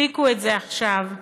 הפסיקו את זה עכשיו,